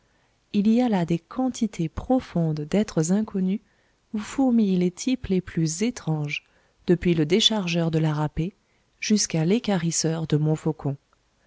il y a là des quantités profondes d'êtres inconnus où fourmillent les types les plus étranges depuis le déchargeur de la râpée jusqu'à l'équarrisseur de montfaucon